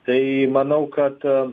tai manau kad